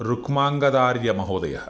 रुक्माङ्गदार्यमहोदयः